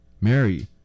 Mary